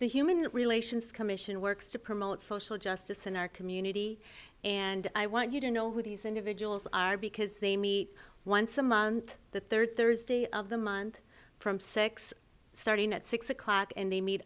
the human relations commission works to promote social justice in our community and i want you to know who these individuals are because they meet once a month the third thursday of the month from six starting at six o'clock and they meet